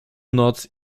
noc